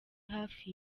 hafi